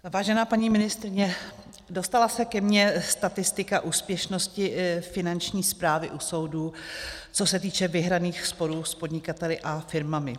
Vážená paní ministryně, dostala se ke mně statistika úspěšnosti Finanční správy u soudů, co se týče vyhraných sporů s podnikateli a firmami.